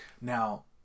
now